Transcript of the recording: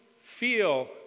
feel